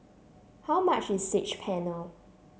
how much is Saag Paneer